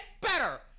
better